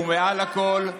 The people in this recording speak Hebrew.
ומעל לכול,